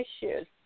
issues